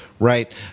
Right